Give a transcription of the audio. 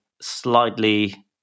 slightly